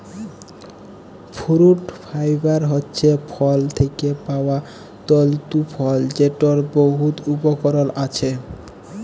fruit fibre হছে ফল থ্যাকে পাউয়া তল্তু ফল যেটর বহুত উপকরল আছে